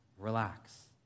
relax